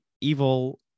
evil